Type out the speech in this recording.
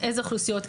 אילו אוכלוסיות,